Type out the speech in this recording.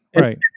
Right